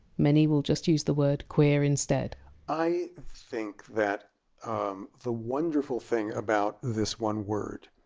many will just use the word! queer! instead i think that um the wonderful thing about this one word